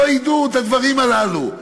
לא ידעו את הדברים הללו.